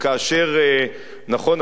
נכון,